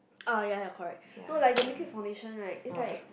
uh ya ya correct know like the liquid foundation right is like